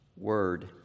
Word